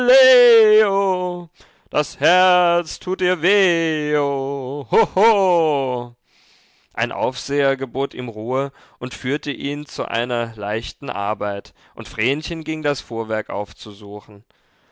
das herz tut ihr weho hoho ein aufseher gebot ihm ruhe und führte ihn zu einer leichten arbeit und vrenchen ging das fuhrwerk aufzusuchen